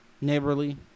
neighborly